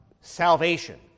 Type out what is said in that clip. salvation